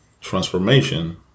transformation